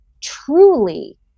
truly